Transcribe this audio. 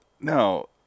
No